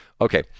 Okay